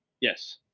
Yes